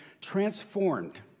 transformed